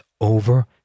over